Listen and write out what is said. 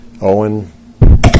Owen